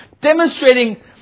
demonstrating